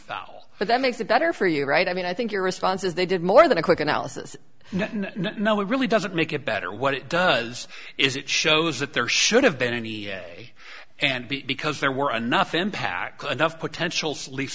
fowl but that makes it better for you right i mean i think your response is they did more than a quick analysis no it really doesn't make it better what it does is it shows that there should have been any day and because there were enough impact anough potentials least